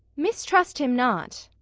mistrust him not.